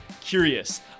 curious